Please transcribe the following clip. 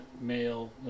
male